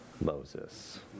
Moses